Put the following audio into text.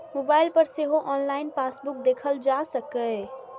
mobile पर सेहो online passbook देखल जा सकैए